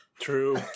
True